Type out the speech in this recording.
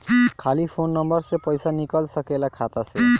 खाली phone number से पईसा निकल सकेला खाता से?